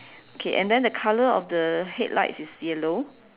okay and then the color of the headlights is yellow